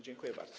Dziękuję bardzo.